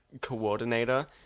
coordinator